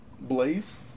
Blaze